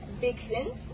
Vixens